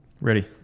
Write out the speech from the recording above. Ready